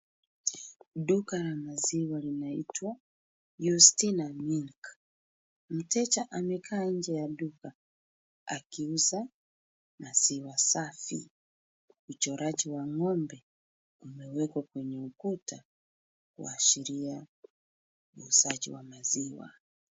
Duka la maziwa linaitwa Yustina Milk. Mteja amekaa nje ya duka akiuza maziwa safi. Uchoraji wa ng'ombe amewekwa kwenye ukuta kuashiria uuzaji wa maziwa.